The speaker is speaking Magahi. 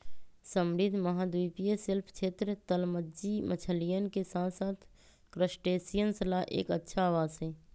समृद्ध महाद्वीपीय शेल्फ क्षेत्र, तलमज्जी मछलियन के साथसाथ क्रस्टेशियंस ला एक अच्छा आवास हई